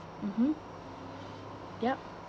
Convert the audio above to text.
mmhmm yup